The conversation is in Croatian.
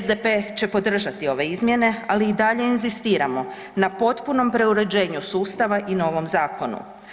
SDP će podržati ove izmjene, ali i dalje inzistiramo na potpunom preuređenju sustava i novom zakonu.